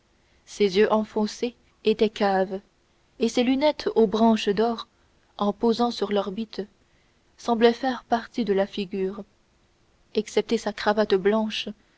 ses yeux enfoncés étaient caves et ses lunettes aux branches d'or en posant sur l'orbite semblaient faire partie de la figure excepté sa cravate blanche